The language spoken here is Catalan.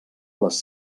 les